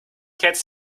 cats